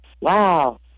Wow